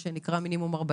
שנקרא מינימום 40